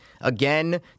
again